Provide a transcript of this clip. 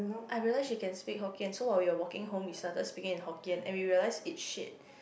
I realized she can speak Hokkien so while we were walking home we started speaking in Hokkien and we realized it's shit